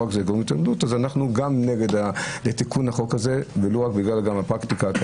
אנו גם נגד תיקון החוק הזה ולו בגלל הפרקטיקה.